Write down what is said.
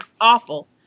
awful